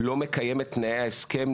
לא מקיים את תנאי ההסכם,